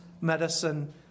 medicine